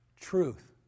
truth